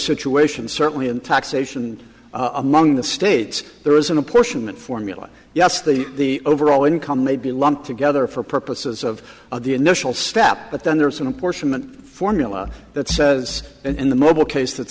situations certainly in taxation among the states there isn't a portion that formula yes the overall income may be lumped together for purposes of the initial step but then there are some apportionment formula that says in the mobile case that